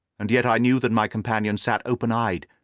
and yet i knew that my companion sat open-eyed,